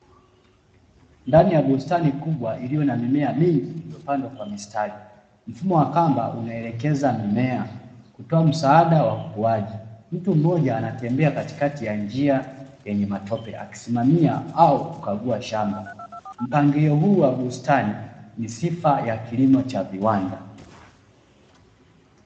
Ndani ya bustani kubwa iliyo na mimea mingi iliyopandwa kwa mistari. Mifumo ya kamba unaelekeza mimea kutoa msaada wa ukuaji, mtu mmoja anatembea katikati ya njia yenye matope akisimamia au kukagua shamba. Mpangilio huu wa bustani ni sifa ya kilimo cha viwanda.